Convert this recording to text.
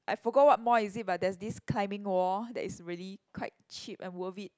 I forgot what mall is it but there's this climbing wall that is really quite cheap and worth it